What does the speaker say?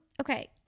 okay